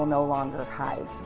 no longer hide.